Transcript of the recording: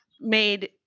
made